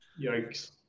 Yikes